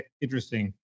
interesting